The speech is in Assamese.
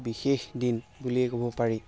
বিশেষ দিন বুলিয়ে ক'ব পাৰি